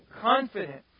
confident